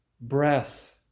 breath